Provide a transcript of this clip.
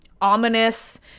ominous